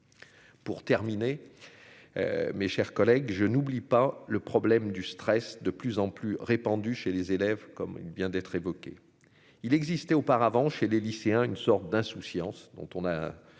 pour terminer mes chers collègues, je n'oublie pas le problème du stress, de plus en plus répandu chez les élèves, comme il vient d'être évoqué, il existait auparavant chez les lycéens, une sorte d'insouciance, dont on a